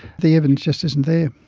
the evidence just isn't there.